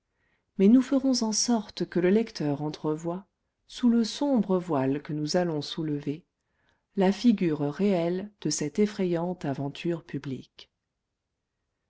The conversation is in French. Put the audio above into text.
mais nous ferons en sorte que le lecteur entrevoie sous le sombre voile que nous allons soulever la figure réelle de cette effrayante aventure publique